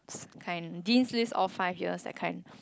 king deans list all five years that kind